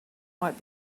might